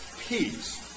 peace